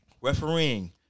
Refereeing